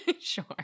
sure